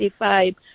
55